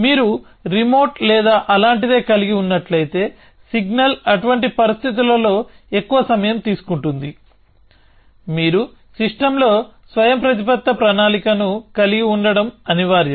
మీరు రిమోట్ లేదా అలాంటిదే కలిగి ఉన్నట్లయితే సిగ్నల్ అటువంటి పరిస్థితులలో ఎక్కువ సమయం తీసుకుంటుంది మీరు సిస్టమ్లో స్వయంప్రతిపత్త ప్రణాళికను కలిగి ఉండటం అనివార్యం